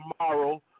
tomorrow